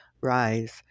Rise